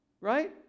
right